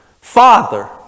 Father